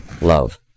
love